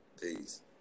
Peace